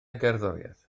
gerddoriaeth